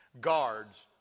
guards